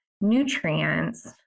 nutrients